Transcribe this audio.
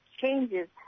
changes